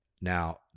Now